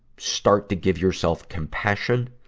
start to give yourself compassion,